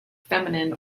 feminine